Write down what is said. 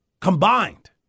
Combined